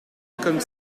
comme